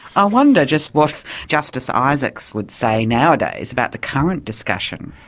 i wonder just what justice isaacs would say nowadays about the current discussion.